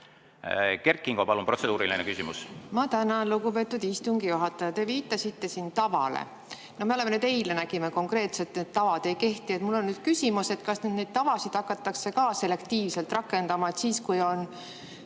Kert Kingo, palun, protseduuriline küsimus! Ma tänan, lugupeetud istungi juhataja! Te viitasite siin tavale. Me eile nägime konkreetselt, et tavad ei kehti. Mul on küsimus, kas neid tavasid hakatakse ka selektiivselt rakendama, et siis, kui on,